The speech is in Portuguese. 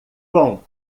com